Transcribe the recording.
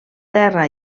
terra